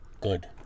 Good